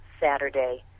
Saturday